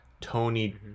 Tony